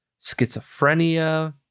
schizophrenia